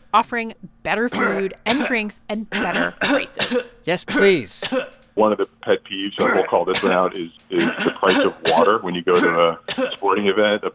offering better food and drinks at and better prices yes, please one of the pet peeves i will call this one out is is the price of water when you go to a sporting event.